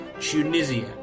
Tunisia